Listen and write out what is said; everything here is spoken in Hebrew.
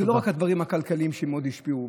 זה לא רק הדברים הכלכליים שמאוד השפיעו,